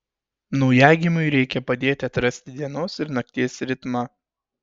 naujagimiui reikia padėti atrasti dienos ir nakties ritmą